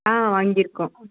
ஆ வாங்கி இருக்கோம்